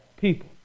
people